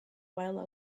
while